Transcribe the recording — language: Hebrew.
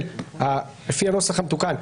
לפי הנוסח המתוקן,